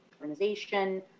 organization